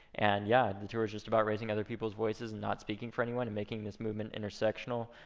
and yeah, the tour is just about raising other people's voices, not speaking for anyone, and making this movement intersectional,